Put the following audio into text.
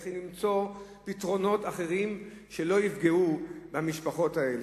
צריכים למצוא פתרונות אחרים שלא יפגעו במשפחות האלה.